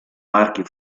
marchio